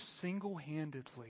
single-handedly